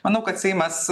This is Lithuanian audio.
manau kad seimas